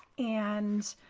and,